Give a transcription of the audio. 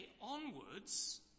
onwards